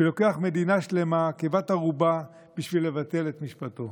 ולוקח מדינה שלמה כבת ערובה כדי לבטל את משפטו.